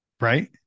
right